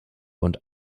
und